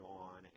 on